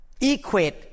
equate